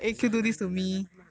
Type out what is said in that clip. !hanna! !hanna! !hanna! !hanna! !hanna!